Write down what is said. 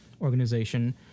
organization